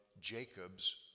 Jacob's